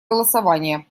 голосования